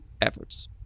efforts